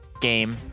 game